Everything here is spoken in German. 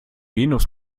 venus